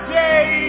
day